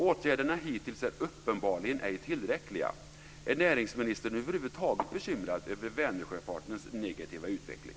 Åtgärderna hittills är uppenbarligen ej tillräckliga. Är näringsministern över huvud taget bekymrad över Vänersjöfartens negativa utveckling?